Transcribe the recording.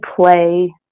play